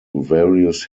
various